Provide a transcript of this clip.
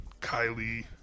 Kylie